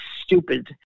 stupid